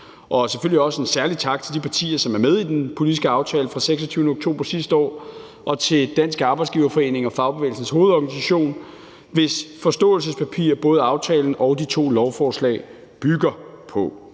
og selvfølgelig også en særlig tak til de partier, som er med i den politiske aftale fra den 26. oktober sidste år, og til Dansk Arbejdsgiverforening og Fagbevægelsens Hovedorganisation, hvis forståelsespapir både aftalen og de to lovforslag bygger på.